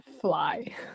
fly